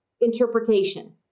interpretation